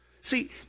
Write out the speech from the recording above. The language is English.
See